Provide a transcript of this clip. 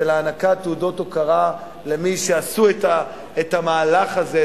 של הענקת תעודות הוקרה למי שעשו את המהלך הזה,